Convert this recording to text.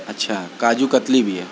اچھا کاجو کتلی بھی ہے